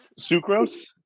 Sucrose